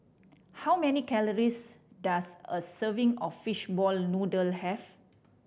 how many calories does a serving of fishball noodle have